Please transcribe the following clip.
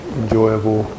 enjoyable